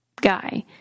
guy